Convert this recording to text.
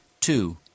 Two